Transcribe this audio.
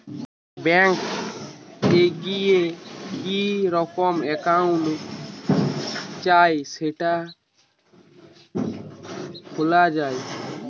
bank এ গিয়ে কি রকমের একাউন্ট চাই সেটা খোলা যায়